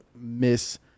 miss